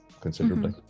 considerably